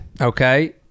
Okay